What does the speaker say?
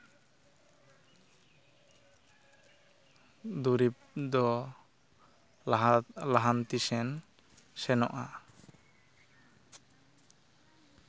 ᱫᱩᱨᱤᱵ ᱫᱚ ᱞᱟᱦᱟ ᱞᱟᱦᱟᱱᱛᱤ ᱥᱮᱱ ᱥᱮᱱᱚᱜᱼᱟ